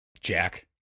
Jack